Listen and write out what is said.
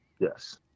yes